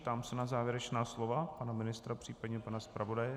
Ptám se na závěrečná slova pana ministra, případně pana zpravodaje.